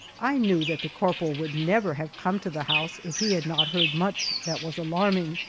i knew that the corporal would never have come to the house if he had not heard much that was alarming.